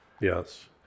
yes